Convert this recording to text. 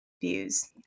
views